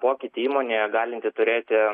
pokytį įmonėje galinti turėti